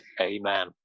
Amen